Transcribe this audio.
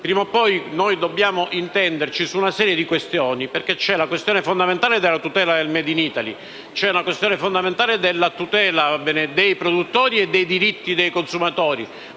Prima o poi, noi dobbiamo intenderci su una serie di questioni. C'è infatti la questione fondamentale della tutela del *made in Italy* e c'è la questione fondamentale della tutela dei produttori e dei diritti dei consumatori.